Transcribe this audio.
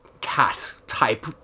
cat-type